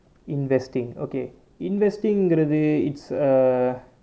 investing okay investing குறது:kurathu it's err